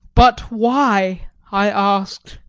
but why? i asked.